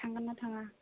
थांगोन्ना थाङा